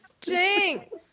Jinx